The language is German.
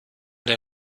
der